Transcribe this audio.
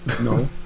no